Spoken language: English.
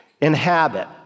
inhabit